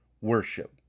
worship